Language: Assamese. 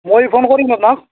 মই ফোন কৰিম আপোনাক